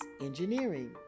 engineering